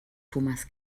thomas